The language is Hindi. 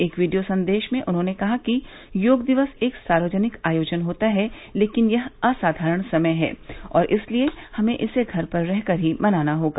एक वीडियो संदेश में उन्होंने कहा कि योग दिवस एक सार्वजनिक आयोजन होता है लेकिन यह असाधारण समय है और इसलिए हमें इसे घर पर रहकर ही मनाना होगा